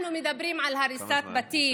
אנחנו מדברים על הריסת בתים,